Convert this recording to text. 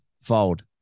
fold